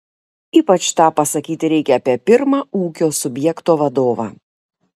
ypač tą pasakyti reikia apie pirmą ūkio subjekto vadovą